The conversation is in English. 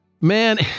Man